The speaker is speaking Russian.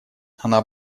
она